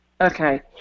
Okay